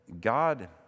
God